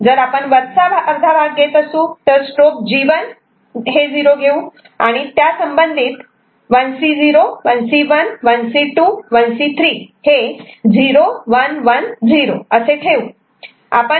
जर आपण वरचा अर्धा भाग घेत असू तर स्ट्रोब G1 0 घेऊ आणि त्यासंबंधित संबंधित 1C0 1C1 1C2 1C3 हे 0 1 1 0 असे ठेऊ